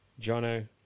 Jono